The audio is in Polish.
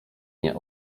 nie